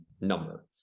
number